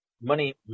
money